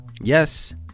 Yes